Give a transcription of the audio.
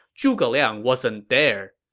zhuge liang wasn't there.